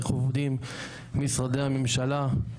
איך עובדים משרדי הממשלה,